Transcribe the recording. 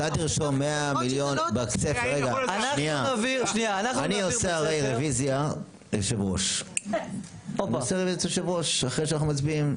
אני עושה רביזיה כיושב ראש אחרי שאנחנו מצביעים.